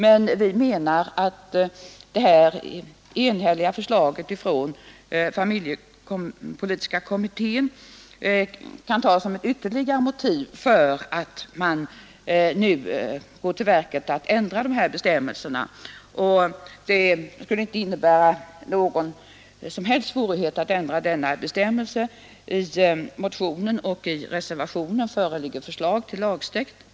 Men vi menar att det enhälliga förslaget från familjepolitiska kommittén kan tas som ett ytterligare motiv för att nu gå till verket och ändra dessa bestämmelser Det skulle inte innebära någon som helst svårighet att ändra denna bestämmelse. I motionen och i reservationen föreligger förslag till lagtext.